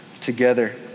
together